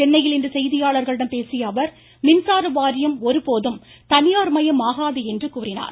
சென்னையில் இன்று செய்தியாளர்களிடம் பேசிய அவர் மின்சார வாரியம் ஒருபோதும் தனியார் மயமாகாது என்று கூறினார்